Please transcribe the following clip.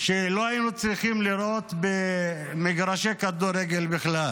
שלא היינו צריכים לראות במגרשי כדורגל בכלל.